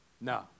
No